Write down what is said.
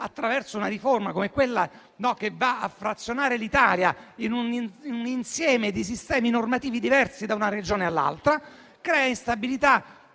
attraverso una riforma come quella che va a frazionare l'Italia in un insieme di sistemi normativi diversi da una Regione all'altra, sia nel